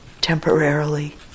temporarily